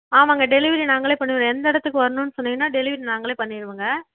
ஆமாங்க டெலிவரி நாங்களே பண்ணிவிடுவோம் எந்த இடத்துக்கு வரணுன்னு சொன்னீங்கன்னால் டெலிவரி நாங்களே பண்ணிவிடுவோங்க